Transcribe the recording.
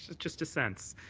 just a sense.